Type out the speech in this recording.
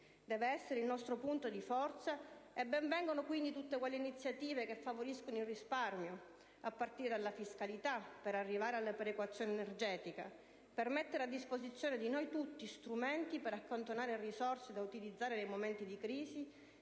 deve essere il nostro punto di forza, e ben vengano, quindi, tutte le iniziative che favoriscono il risparmio, a partire dalla fiscalità, per arrivare alla perequazione energetica, così da mettere a disposizione di noi tutti strumenti per accantonare risorse da utilizzare nei momenti di crisi,